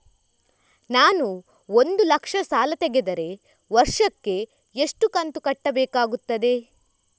ನಾನು ಒಂದು ಲಕ್ಷ ಸಾಲ ತೆಗೆದರೆ ವರ್ಷಕ್ಕೆ ಎಷ್ಟು ಕಂತು ಕಟ್ಟಬೇಕಾಗುತ್ತದೆ?